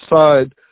side